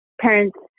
parents